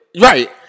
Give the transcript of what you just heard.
Right